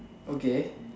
okay